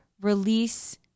release